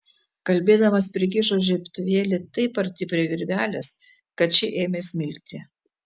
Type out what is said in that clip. kalbėdamas prikišo žiebtuvėlį taip arti prie virvelės kad ši ėmė smilkti